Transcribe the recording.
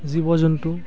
জীৱ জন্তু